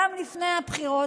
גם לפני הבחירות,